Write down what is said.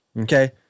Okay